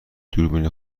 دوربین